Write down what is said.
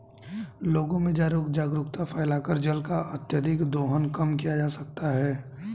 लोगों में जागरूकता फैलाकर जल का अत्यधिक दोहन कम किया जा सकता है